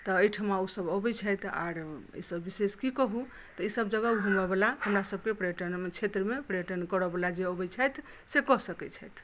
तऽ एहिठमा ओ सब अबै छथि आर एहिसँ विशेष की कहू तऽ ई सब जगह घूमऽ वाला हमरा सबकेँ पर्यटनमे क्षेत्रमे पर्यटन करऽ वाला जे अबै छथि से कऽ सकै छथि